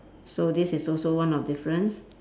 so this is also one of difference